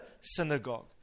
synagogue